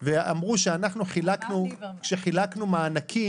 כולם מסכימים ששכר המינימום צריך לעלות,